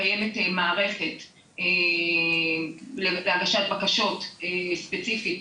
קיימת מערכת להגשת בקשות ספציפית.